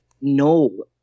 No